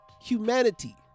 humanity